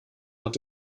hat